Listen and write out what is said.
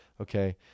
okay